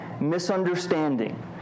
misunderstanding